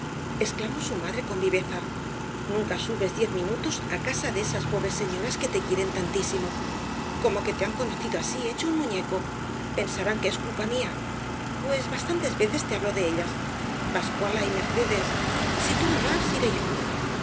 exclamó la madre con viveza nunca subes diez minutos á casa de esas pobres señoras que te quieren tantísimo como que te han conocido así hecho un muñeco pensarán que es culpa mía pues bastantes veces te hablo de ellas pascuala y mercedes si tú no vas iré yo